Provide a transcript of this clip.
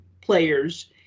players